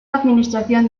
administración